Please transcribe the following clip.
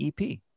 EP